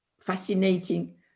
fascinating